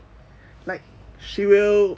like she will